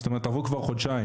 זאת אומרת עברו כבר חודשיים,